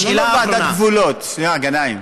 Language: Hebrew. שאלה אחרונה.